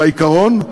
את העיקרון,